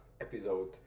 episode